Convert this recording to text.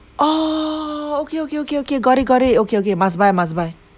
orh okay okay okay okay got it got it okay okay must buy must buy